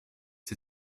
die